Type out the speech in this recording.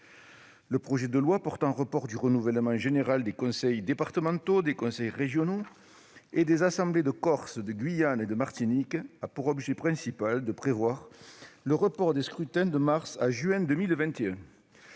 Le projet de loi portant report du renouvellement général des conseils départementaux, des conseils régionaux et des assemblées de Corse, de Guyane et de Martinique a pour objet principal de prévoir le report de ces scrutins de mars à juin 2021.